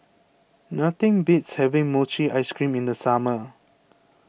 nothing beats having Mochi Ice Cream in the summer